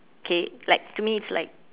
okay like to me it's like